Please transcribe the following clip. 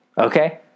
okay